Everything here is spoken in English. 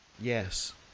Yes